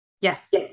Yes